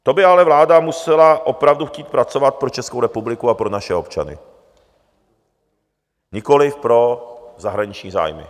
To by ale vláda musela opravdu chtít pracovat pro Českou republiku a pro naše občany, nikoliv pro zahraniční zájmy.